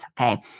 okay